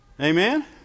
Amen